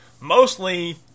mostly